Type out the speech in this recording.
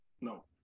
No